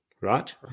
Right